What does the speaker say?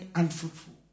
unfruitful